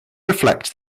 reflects